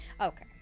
Okay